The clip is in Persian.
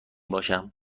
باشم